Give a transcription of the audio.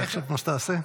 זה עכשיו מה שאתה עושה?